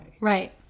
Right